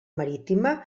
marítima